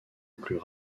plus